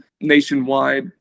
nationwide